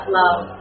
love